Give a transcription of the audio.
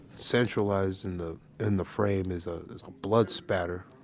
centralized in the in the frame is ah is a blood spatter